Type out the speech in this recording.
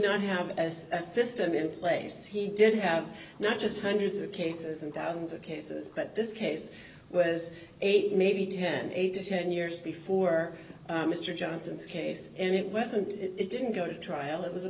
not have as a system in place he did have not just hundreds of cases and thousands of cases but this case was eight maybe eighteen to ten years before mr johnson's case and it wasn't it didn't go to trial it was a